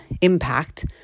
impact